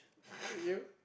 you